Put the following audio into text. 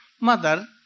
Mother